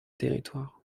territoire